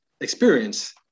experience